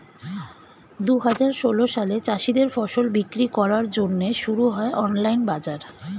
দুহাজার ষোল সালে চাষীদের ফসল বিক্রি করার জন্যে শুরু হয় অনলাইন বাজার